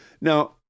Now